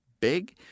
big